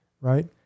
right